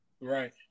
Right